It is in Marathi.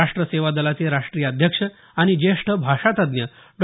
राष्ट्र सेवादलाचे राष्ट्रीय अध्यक्ष आणि ज्येष्ठ भाषातज्ज्ञ डॉ